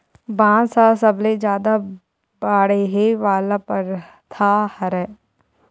बांस ह सबले जादा बाड़हे वाला पउधा हरय